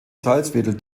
salzwedel